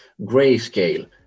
grayscale